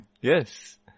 Yes